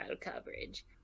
coverage